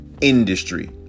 industry